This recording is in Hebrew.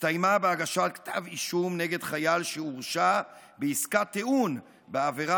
הסתיימה בהגשת כתב אישום נגד חייל שהורשע בעסקת טיעון בעבירה